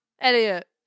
elliot